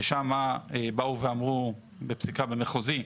ששם באו ואמרו בפסיקה במחוזי,